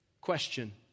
Question